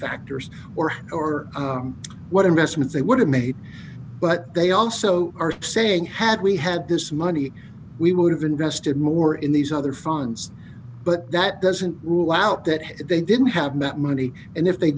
factors or or what investments they would have made but they also are saying had we had this money we would have invested more in these other funds but that doesn't rule out that they didn't have that money and if they